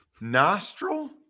Nostril